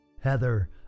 Heather